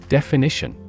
Definition